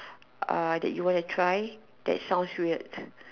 uh that you want to try that sounds weird